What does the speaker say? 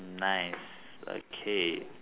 nice okay